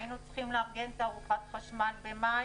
היינו צריכים לארגן תערוכת חשמל במאי.